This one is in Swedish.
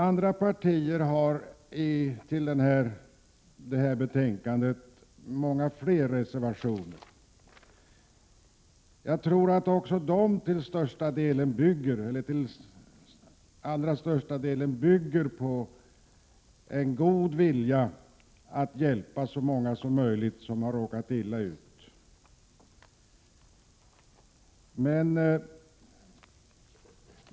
Andra partier har till det här betänkandet fogat många fler reservationer än folkpartiet. Jag tror att också de reservationerna till allra största delen bygger på en god vilja att hjälpa så många som möjligt som har råkat illa ut.